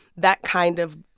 that kind of,